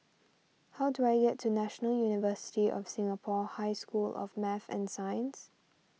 how do I get to National University of Singapore High School of Math and Science